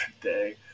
day